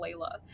Layla